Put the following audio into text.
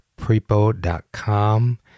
prepo.com